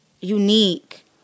Unique